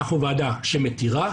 אנחנו ועדה שמתירה,